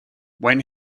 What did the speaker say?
when